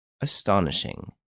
Astonishing